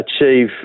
achieve